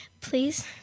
please